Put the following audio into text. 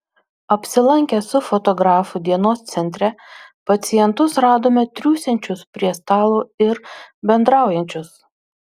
apsilankę su fotografu dienos centre pacientus radome triūsiančius prie stalo ir bendraujančius